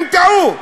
הם טעו,